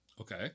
Okay